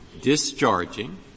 discharging